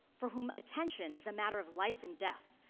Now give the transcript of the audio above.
for whom attention is a matter of life and death.